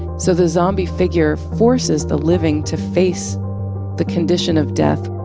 so the zombie figure forces the living to face the condition of death,